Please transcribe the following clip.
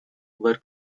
were